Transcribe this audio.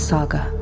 Saga